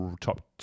top